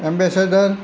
ambassador